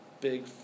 big